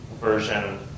version